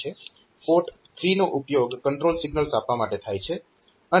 port 3 નો ઉપયોગ control signals આપવા માટે થાય છે